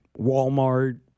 Walmart